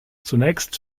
zunächst